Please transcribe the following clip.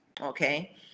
okay